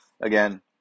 again